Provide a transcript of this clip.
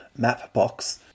Mapbox